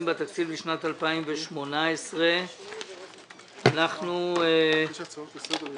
בתקציב לשנת 2018. יש הצעות לסדר היום.